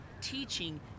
Teaching